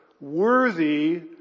worthy